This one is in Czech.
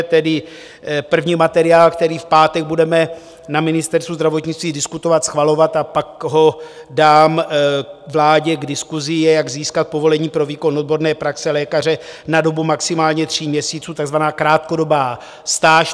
Tedy první materiál, který v pátek budeme na Ministerstvu zdravotnictví diskutovat, schvalovat a pak ho dám vládě k diskusi, je, jak získat povolení pro výkon odborné praxe lékaře na dobu maximálně tří měsíců, takzvaná krátkodobá stáž.